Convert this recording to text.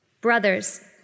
Brothers